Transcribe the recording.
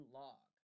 log